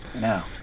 no